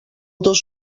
dos